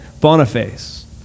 Boniface